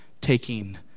taking